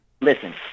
Listen